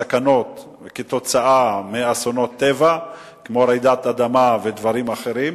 לסכנות כתוצאה מאסונות טבע כמו רעידת אדמה ודברים אחרים,